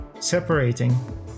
separating